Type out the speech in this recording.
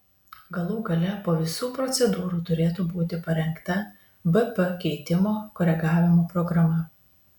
galų gale po visų procedūrų turėtų būti parengta bp keitimo koregavimo programa